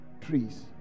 trees